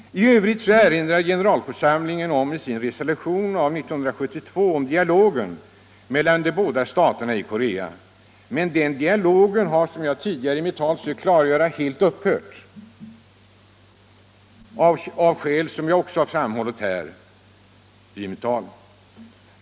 I övrigt erinrar generalförsamlingen i sin resolution av 1972 om dialogen mellan de båda staterna i Korea. Men den dialogen har, som jag tidigare i mitt tal sökt klargöra, helt upphört — av skäl som jag också här har framhållit.